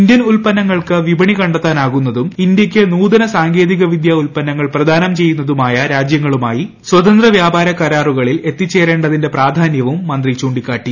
Indian ഉത്പന്നങ്ങൾക്ക് ഫ്രീപ്പണി കണ്ടെത്താനാകുന്നതും ഇന്ത്യക്ക് നൂതന സാങ്കേതിക വിദൃ ് ഉത്പന്നങ്ങൾ പ്രദാനം ചെയ്യുന്നതുമായ രാജ്യങ്ങളുമായി സ്വതന്ത്ര വ്യാപാര കരാറുകളിൽ എത്തിച്ചേരേണ്ടതിന്റെ പ്രാധാന്യവും മന്ത്രി ചൂണ്ടിക്കാട്ടി